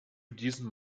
diesem